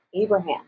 abraham